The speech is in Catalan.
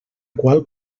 qual